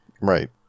Right